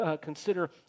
consider